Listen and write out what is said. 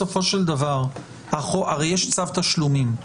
הרי יש צו תשלומים.